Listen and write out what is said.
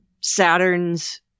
Saturn's